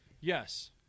Yes